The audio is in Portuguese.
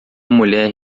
mulher